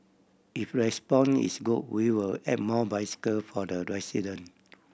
if respond is good we will add more bicycle for the resident